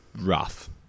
rough